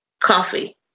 Coffee